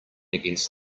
against